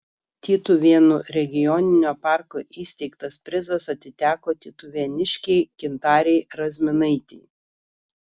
tytuvėnų regioninio parko įsteigtas prizas atiteko tytuvėniškei gintarei razminaitei